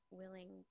willing